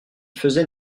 faisait